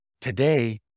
Today